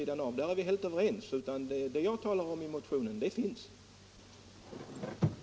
De bilar jag talar om i motionen tillverkas i Sverige.